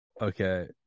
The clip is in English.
Okay